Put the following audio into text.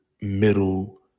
middle